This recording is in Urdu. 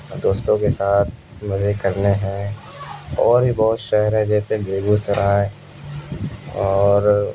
اور دوستوں کے ساتھ مزے کرنے ہیں اور بھی بہت شہر ہیں جیسے بیگوسرائے اور